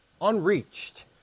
unreached